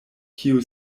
kiu